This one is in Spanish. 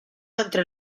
entre